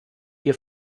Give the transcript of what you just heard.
hier